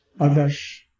others